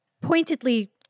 pointedly